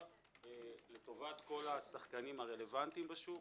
לטובת כל השחקנים הרלוונטיים בשוק,